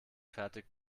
fertig